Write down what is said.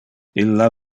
illa